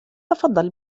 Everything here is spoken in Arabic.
تفضل